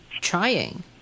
trying